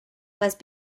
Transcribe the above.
must